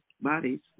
bodies